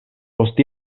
post